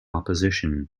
opposition